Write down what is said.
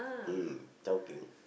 mm joking